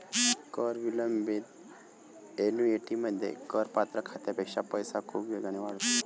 कर विलंबित ऍन्युइटीमध्ये, करपात्र खात्यापेक्षा पैसा खूप वेगाने वाढतो